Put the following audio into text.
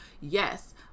yes